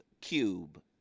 cube